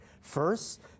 First